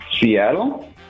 Seattle